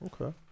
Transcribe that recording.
Okay